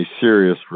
serious